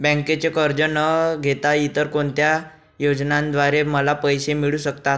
बँकेचे कर्ज न घेता इतर कोणत्या योजनांद्वारे मला पैसे मिळू शकतात?